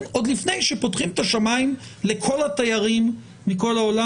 עוד לפני שפותחים את השמיים לכל התיירים מכל העולם.